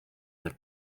the